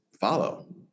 follow